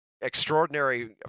extraordinary